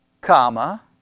comma